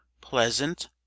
pleasant